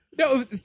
No